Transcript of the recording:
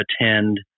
attend